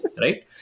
right